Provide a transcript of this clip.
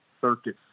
Circuit